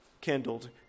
kindled